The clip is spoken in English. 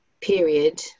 period